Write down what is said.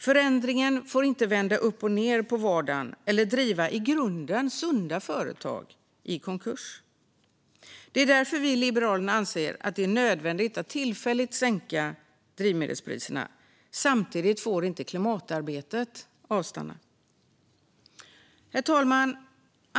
Förändringarna får inte vända upp och ned på vardagen eller driva i grunden sunda företag i konkurs. Det är därför vi i Liberalerna anser att det är nödvändigt att tillfälligt sänka drivmedelspriserna. Samtidigt får inte klimatarbetet avstanna. Herr talman!